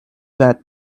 that